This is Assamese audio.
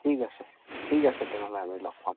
ঠিক আছে ঠিক আছে তেনেহ'লে আমি লগ হ'ম